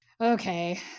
Okay